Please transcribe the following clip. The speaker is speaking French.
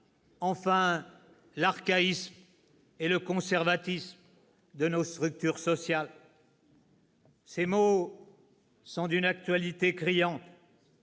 enfin, l'archaïsme et le conservatisme de nos structures sociales.″ « Ces mots sont d'une actualité criante